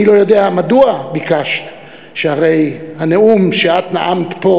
אני לא יודע מדוע ביקשת, שהרי הנאום שאת נאמת פה